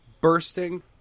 bursting